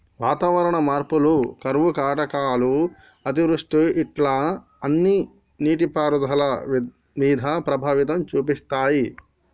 వాతావరణ మార్పులు కరువు కాటకాలు అతివృష్టి ఇట్లా అన్ని నీటి పారుదల మీద ప్రభావం చూపితాయ్